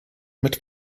mit